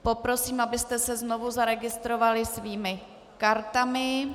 Poprosím, abyste se znovu zaregistrovali svými kartami.